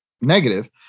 negative